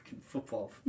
football